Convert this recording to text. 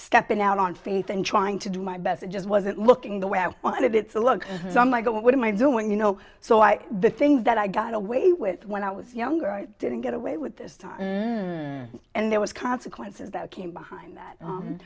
stepping out on faith and trying to do my best it just wasn't looking the way i wanted it to look so my god what am i doing you know so i the thing that i got away with when i was younger i didn't get away with this time and there was consequences that came behind that